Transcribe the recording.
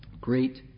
great